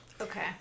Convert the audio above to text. Okay